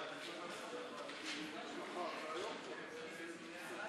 של קבוצת סיעת המחנה הציוני וחברי הכנסת יעל גרמן,